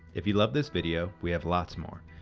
if you love this video we have lots more.